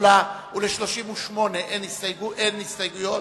אין הסתייגויות.